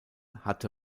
hatte